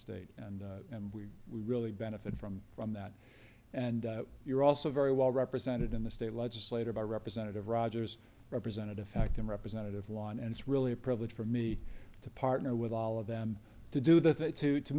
state and we really benefit from from that and you're also very well represented in the state legislator by representative rogers representative factum representative one and it's really a privilege for me to partner with all of them to do that to to